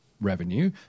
revenue